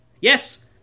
Yes